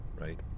right